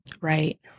Right